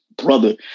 brother